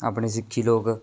ਆਪਣੀ ਸਿੱਖੀ ਲੋਕ